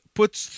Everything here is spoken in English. puts